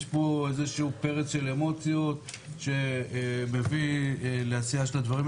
יש פה איזה שהוא פרץ של אמוציות שמביא לעשייה של הדברים,